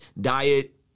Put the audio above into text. diet